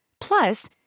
Plus